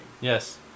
Yes